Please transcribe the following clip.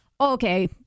Okay